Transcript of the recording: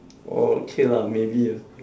orh okay lah maybe ah